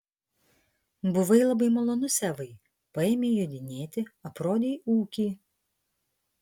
buvai labai malonus evai paėmei jodinėti aprodei ūkį